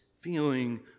feeling